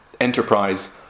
enterprise